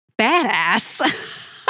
badass